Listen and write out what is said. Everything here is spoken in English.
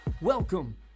Welcome